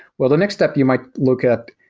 well, the next step you might look at,